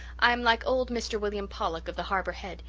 i am like old mr. william pollock of the harbour head.